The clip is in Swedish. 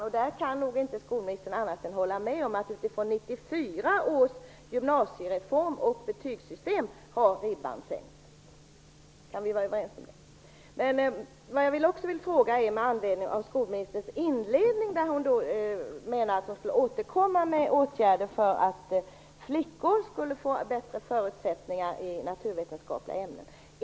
Skolministern kan nog inte annat än hålla med om att ribban har sänkts jämfört med 1994 års gymnasiereform och betygssystem. Kan vi vara överens om det? Inledningsvis sade skolministern att hon skulle återkomma till frågan om åtgärder för att flickor skall få bättre förutsättningar i naturvetenskapliga ämnen.